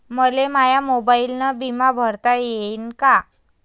मले माया मोबाईलनं बिमा भरता येईन का?